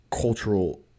cultural